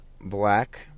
black